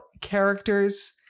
characters